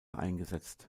eingesetzt